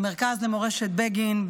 המרכז למורשת בגין,